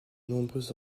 nombreux